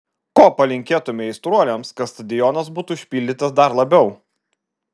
ko palinkėtumei aistruoliams kad stadionas būtų užpildytas dar labiau